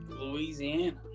Louisiana